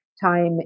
time